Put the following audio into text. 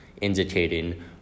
indicating